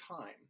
time